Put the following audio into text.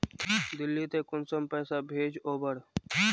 दिल्ली त कुंसम पैसा भेज ओवर?